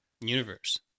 Universe